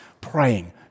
praying